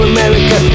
America